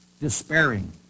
despairing